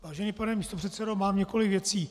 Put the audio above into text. Vážený pane místopředsedo, mám několik věcí.